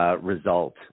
result